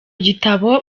gitabo